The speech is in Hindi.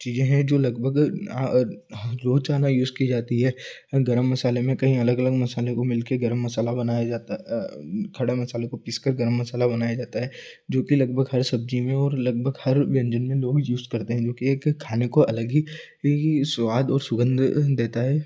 चीज़ें हैं जो लगभग रोज़ाना इसकी जाती है गर्म मसाले में कई अलग अलग मसाले को मिल कर गर्म मसाला बनाया जाता खड़ा मसालों को पीस कर गर्म मसाला बनाया जाता है जो कि लगभग हर सब्ज़ी में और लगभग हर व्यंजन में जो भी यूज करते हैं जो कि एक खाने को अलग ही स्वाद और सुगंध देता है